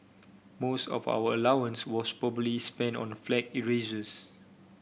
most of our allowance was probably spent on flag erasers